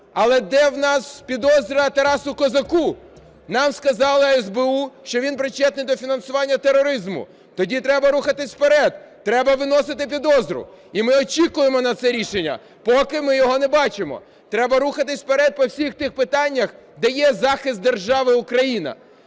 але де в нас підозра Тарасу Козаку? Нам сказало СБУ, що він причетний до фінансування тероризму. Тоді треба рухатися вперед, треба виносити підозру, і ми очікуємо на це рішення. Поки ми його не бачимо. Треба рухатися вперед по всіх тих питаннях, де є захист держави Україна.